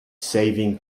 saving